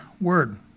word